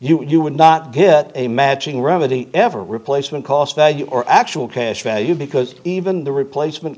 you you would not get a matching remedy ever replacement cost value or actual cash value because even the replacement